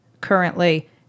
currently